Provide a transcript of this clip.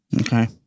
Okay